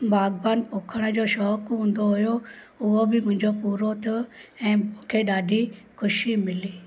बागबान पोखण जो शौक़ु हूंदो हुओ उहो बि मुंहिंजो पूरो थियो ऐं मूंखे ॾाढी ख़ुशी मिली